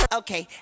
okay